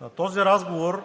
На този разговор